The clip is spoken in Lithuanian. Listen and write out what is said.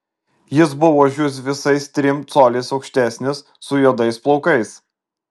jis buvo už jus visais trim coliais aukštesnis su juodais plaukais